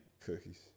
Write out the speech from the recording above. Cookies